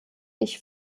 ich